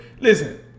listen